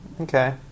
Okay